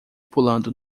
pulando